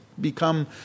Become